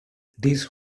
this